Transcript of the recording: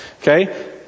Okay